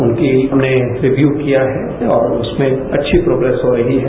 उनकी हमने रिव्यू किया है और उसमें अच्छी प्रोग्रेस हो रही है